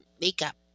makeup